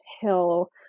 Hill